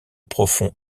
profond